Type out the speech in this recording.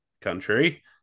country